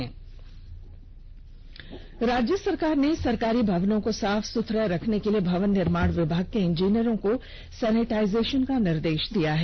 झढ राज्य सरकार ने सरकारी भवनों को साफ सुथरा रखने के लिए भवन निर्माण विभाग के इंजीनियरों को सेनिटाइजेषन का निर्देश दिया है